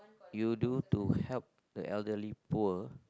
you do to help the elderly poor